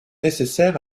nécessaires